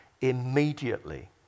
immediately